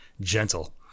gentle